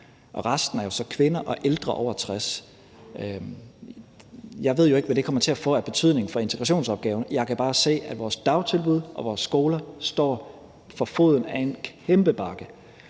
og resten er jo så kvinder og ældre over 60 år. Jeg ved jo ikke, hvad det kommer til at få af betydning for integrationsopgaven. Jeg kan bare se, at vores dagtilbud og vores skoler står for foden af en kæmpe bakke.